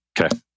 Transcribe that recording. Okay